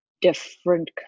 different